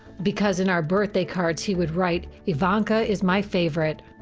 because in our birthday cards, he would write, ivanka is my favorite.